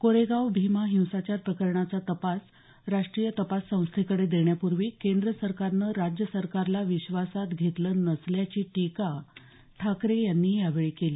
कोरेगाव भीमा हिंसाचार प्रकरणाचा तपास राष्ट्रीय तपास संस्थेकडे देण्यापूर्वी केंद्र सरकारनं राज्य सरकारला विश्वासात घेतलं नसल्याची टीका ठाकरे यांनी यावेळी केली